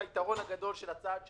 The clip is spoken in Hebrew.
היתרון הגדול של הצעד שעשינו,